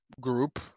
group